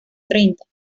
treinta